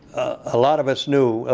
a lot of us knew,